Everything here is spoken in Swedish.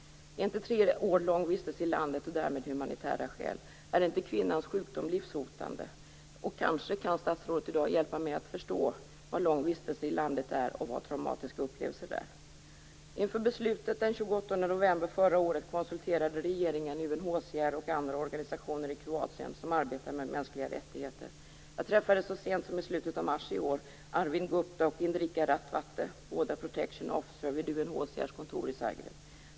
Är inte tre år en lång vistelse i landet och därmed humanitära skäl? Är inte kvinnans sjukdom livshotande? Kanske kan statsrådet i dag hjälpa mig förstå vad lång vistelse i landet är och vad traumatiska upplevelser är. Inför beslutet den 28 november förra året konsulterade regeringen UNHCR och andra organisationer i Kroatien som arbetar med mänskliga rättigheter. Jag träffade så sent som i slutet av mars i år Arvind Gupta och Indrika Ratwatte, båda protection officer vid UNHCR i Zagreb.